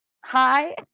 hi